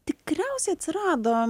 tikriausiai atsirado